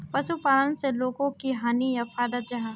पशुपालन से लोगोक की हानि या फायदा जाहा?